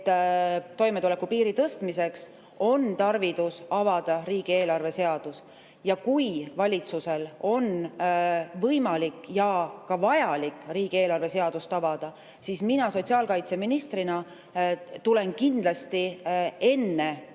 toimetulekupiiri tõstmiseks on tarvidus avada riigieelarve seadus. Ja kui valitsusel on võimalik ja ka vajalik riigieelarve seadus avada, siis mina sotsiaalkaitseministrina tulen kindlasti enne järgmise